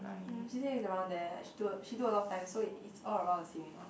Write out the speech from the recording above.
no she say it's around there like she do she do a lot of times so it's all around the same you know